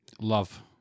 love